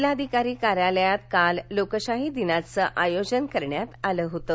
जिल्हाधिकारी कार्यालयात काल लोकशाही दिनाचं आयोजन करण्यात आलं होतं